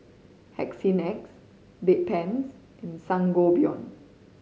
Hygin X Bedpans and Sangobion